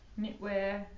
knitwear